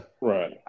right